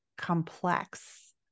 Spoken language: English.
complex